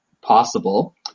possible